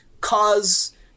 cause